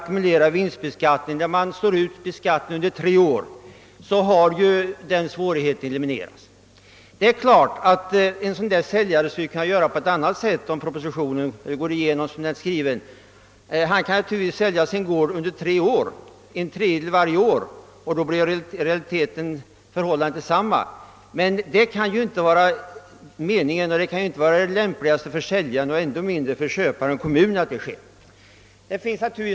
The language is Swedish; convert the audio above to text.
Går man däremot in för att slå ut skatten över tre år, så elimineras den svårigheten. Visserligen kan säljaren kringgå de föreslagna bestämmelserna genom att sälja gården under tre år, alltså en tredjedel varje år. Då blir resultatet i realiteten detsamma. Men det kan inte för säljaren och ännu mindre för köparen-kommunen vara lämpligt att förfara på det sättet.